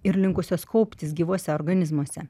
ir linkusios kauptis gyvuose organizmuose